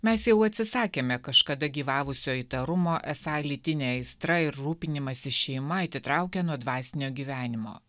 mes jau atsisakėme kažkada gyvavusio įtarumo esą lytinė aistra ir rūpinimasis šeima atitraukia nuo dvasinio gyvenimo